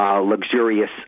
Luxurious